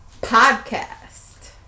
Podcast